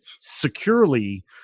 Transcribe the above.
securely